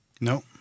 No